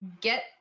get